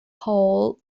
hall